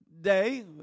day